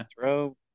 throw